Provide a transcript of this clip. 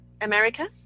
america